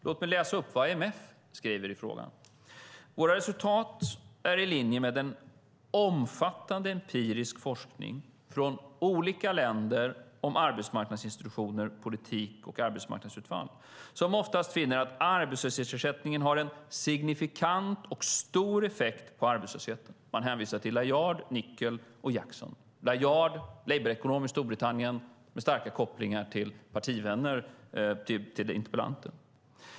Låt mig läsa upp vad IMF skriver i frågan: Våra resultat är i linje med en omfattande empirisk forskning från olika länder om arbetsmarknadsinstitutioner, politik och arbetsmarknadsutfall som oftast finner att arbetslöshetsersättningen har en signifikant och stor effekt på arbetslösheten. De hänvisar till Layard, Nickell och Jackman. Layard är labourekonom i Storbritannien med starka kopplingar till partivänner till interpellanten.